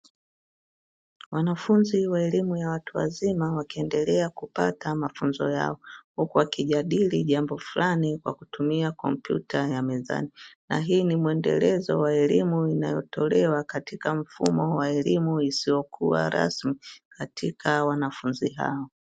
Wanafunzi wa elimu ya watu wazima wakiendelea kupata mafunzo yao, huku wakijadili jambo fulani kwa kutumia kompyuta ya mezani, na hii ni mwendelezo wa elimu inayotolewa katika mfumo wa elimu isiyokuwa rasmi katika wanafunzi hao.